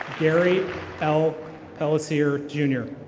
gary alec pellosier, jr.